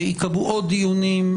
ייקבעו עוד דיונים.